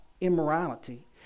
immorality